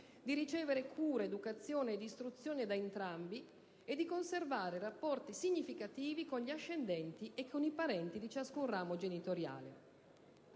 di ricevere cura, educazione ed istruzione da entrambi e di conservare rapporti significativi con l'ascendente e con i parenti di ciascun ramo genitoriale.